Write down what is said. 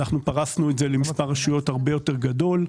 אנחנו פרסנו את זה למספר רשויות הרבה יותר גדול.